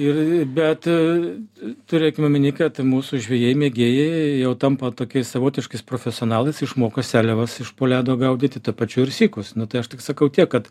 ir bet turėkim omeny kad mūsų žvejai mėgėjai jau tampa tokiais savotiškais profesionalais išmoko seliavas iš po ledo gaudyti ta pačiu ir sykus nu tai aš tik sakau tiek kad